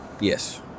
Yes